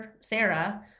Sarah